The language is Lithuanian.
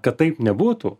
kad taip nebūtų